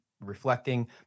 reflecting